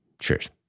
Cheers